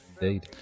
indeed